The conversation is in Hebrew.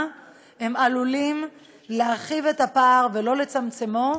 הם עלולים להרחיב את הפער ולא לצמצמו,